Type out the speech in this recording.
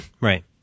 Right